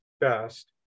best